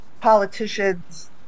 Politicians